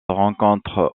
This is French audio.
rencontre